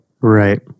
Right